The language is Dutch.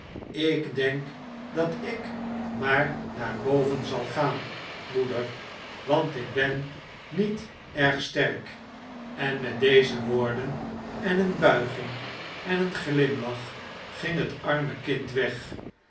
ik denk dat ik maar naar boven zal gaan moeder want ik ben niet erg sterk en met deze woorden en een buiging en een glimlach ging het arme kind weg